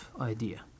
idea